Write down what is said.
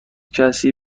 کسی